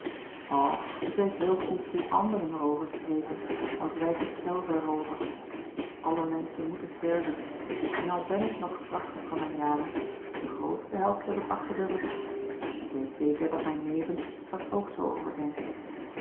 ik weet heel goed hoe anderen er over spreken al zwijg ik zelve er over alle menschen moeten sterven en al ben ik nog krachtig voor mijne jaren de grootste helft heb ik achter den rug en ik weet zeker dat mijn neven er ook zoo over denken